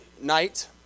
night